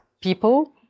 people